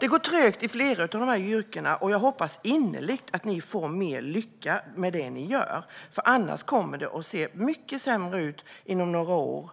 Det går trögt i flera av dessa yrken. Jag hoppas att regeringen får större lycka i det den gör, för annars kommer det att inom några år se mycket sämre ut. Det vore